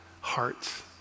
hearts